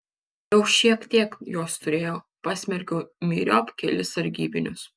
jau šiek tiek jos turėjau pasmerkiau myriop kelis sargybinius